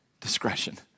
discretion